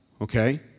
Okay